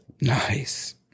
Nice